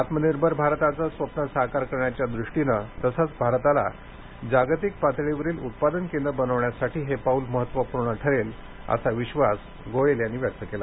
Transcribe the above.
आत्मनिर्भर भारताचं स्वप्न साकार करण्याच्या दृष्टीनं तसंच भारताला जागतिक पातळीवरील उत्पादन केंद्र बनवण्यासाठी हे पाऊल महत्त्वपूर्ण ठरेल असा विश्वास गोयल यांनी व्यक्त केला